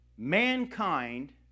Mankind